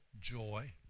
joy